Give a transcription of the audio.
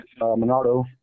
Monardo